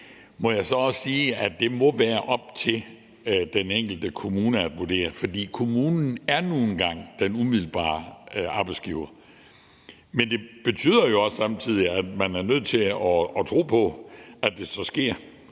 Må jeg så sige, at det må være op til den enkelte kommune at vurdere, for kommunen er nu engang den umiddelbare arbejdsgiver. Det betyder også samtidig, at man er nødt til at tro på, at det så sker,